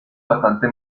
bastante